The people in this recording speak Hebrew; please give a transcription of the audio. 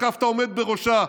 תקף את העומד בראשה,